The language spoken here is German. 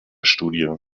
studie